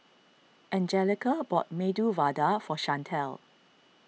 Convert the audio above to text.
Anjelica bought Medu Vada for Shantel